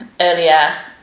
earlier